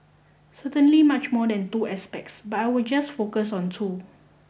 certainly much more than two aspects but I will just focus on two